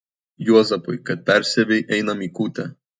juozapai kad persiavei einam į kūtę